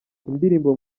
indirimbo